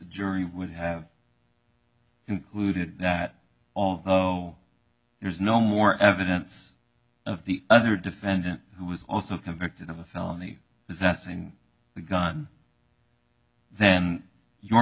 jury would have concluded that although there's no more evidence of the other defendant who was also convicted of a felony possessing a gun then your